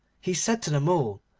he said to the mole,